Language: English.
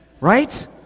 Right